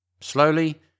Slowly